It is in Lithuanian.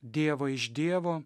dievą iš dievo